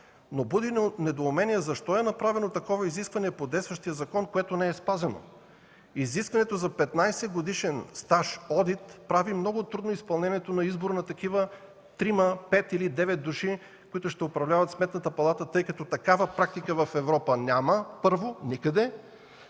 Но буди недоумение защо е направено изискване по действащия закон, което не е спазено? Изискването за 15-годишен стаж „одит” прави много трудно изпълнението на избор на 3, 5 или 9 души, които ще управляват Сметната палата, тъй като такава практика в Европа, първо, няма